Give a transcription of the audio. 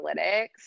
Analytics